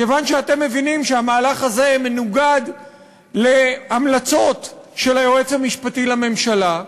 כיוון שאתם מבינים שהמהלך הזה מנוגד להמלצות של היועץ המשפטי לממשלה,